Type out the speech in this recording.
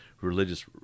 religious